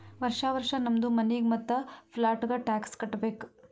ವರ್ಷಾ ವರ್ಷಾ ನಮ್ದು ಮನಿಗ್ ಮತ್ತ ಪ್ಲಾಟ್ಗ ಟ್ಯಾಕ್ಸ್ ಕಟ್ಟಬೇಕ್